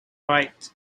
right